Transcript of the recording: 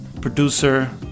producer